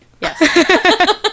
yes